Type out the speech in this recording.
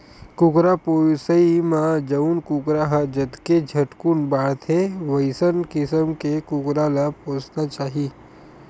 कुकरा पोसइ म जउन कुकरा ह जतके झटकुन बाड़थे वइसन किसम के कुकरा ल पोसना चाही